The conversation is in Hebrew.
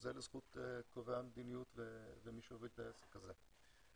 וזה לזכות קובעי המדיניות ומי שהוביל את העסק הזה.